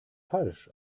falsch